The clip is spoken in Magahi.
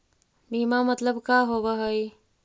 बीमा मतलब का होव हइ?